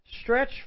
stretch